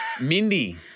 Mindy